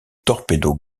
torpedo